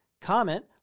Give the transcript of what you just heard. Comment